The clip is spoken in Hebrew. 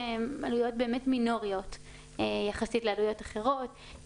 הן עלויות באמת מינוריות יחסית לעלויות אחרות,